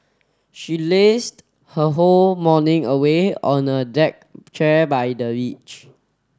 she lazed her whole morning away on a deck chair by the beach